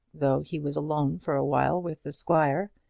though he was alone for a while with the squire,